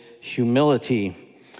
humility